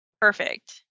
perfect